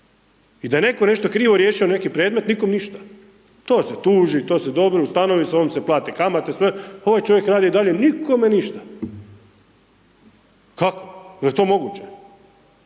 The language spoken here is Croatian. i da je netko nešto krivo riješio neki predmet, nikome ništa. To se tuži, to se dobro ustanovi se, onda se plate kamate, sve, ovaj čovjek radi i dalje, nikome ništa. Kako, jel to moguće?